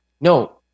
no